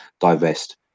divest